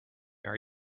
are